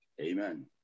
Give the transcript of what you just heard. Amen